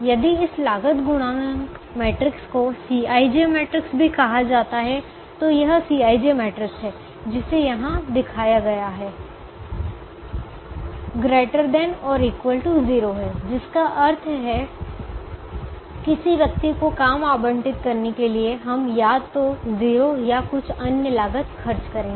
यदि इस लागत गुणांक मैट्रिक्स को Cij मैट्रिक्स भी कहा जाता है तो यह Cij मैट्रिक्स है जिसे यहां दिखाया गया है ≥ 0 है जिसका अर्थ है किसी व्यक्ति को काम आवंटित करने के लिए हम या तो 0 या कुछ अन्य लागत खर्च करेंगे